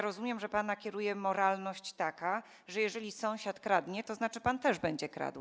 Rozumiem, że panem kieruje moralność taka, że jeżeli sąsiad kradnie, to znaczy, że pan też będzie kradł.